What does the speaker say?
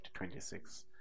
26